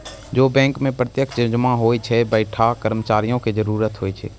जै बैंको मे प्रत्यक्ष जमा होय छै वैंठा कर्मचारियो के जरुरत होय छै